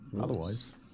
otherwise